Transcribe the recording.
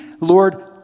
Lord